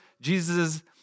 Jesus